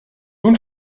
nun